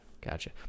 Gotcha